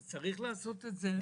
צריך לעשות את זה?